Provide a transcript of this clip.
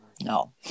No